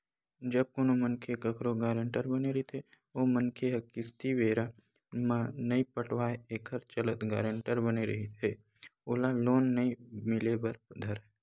जब कोनो मनखे कखरो गारेंटर बने रहिथे ओ मनखे ह किस्ती बेरा म नइ पटावय एखर चलत गारेंटर बने रहिथे ओला लोन नइ मिले बर धरय